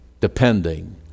depending